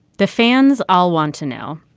the fans all want to know,